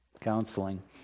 counseling